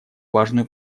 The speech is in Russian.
важную